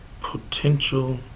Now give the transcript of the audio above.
potential